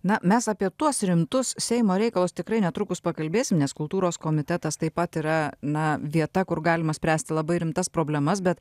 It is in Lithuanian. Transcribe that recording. na mes apie tuos rimtus seimo reikalus tikrai netrukus pakalbėsim nes kultūros komitetas taip pat yra na vieta kur galima spręsti labai rimtas problemas bet